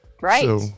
right